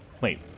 Wait